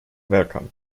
welcome